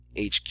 HQ